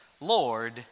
Lord